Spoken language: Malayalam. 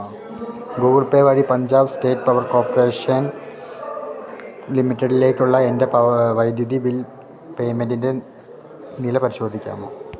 ഗൂഗിൾ പേ വഴി പഞ്ചാബ് സ്റ്റേറ്റ് പവർ കോർപ്പറേഷൻ ലിമിറ്റഡിലേക്കുള്ള എൻ്റെ വൈദ്യുതി ബിൽ പേയ്മെൻ്റിൻ്റെ നില പരിശോധിക്കാമോ